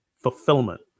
Fulfillment